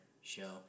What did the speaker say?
show